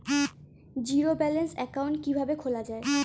Zero balance account কিভাবে খোলা হয়?